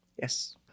Yes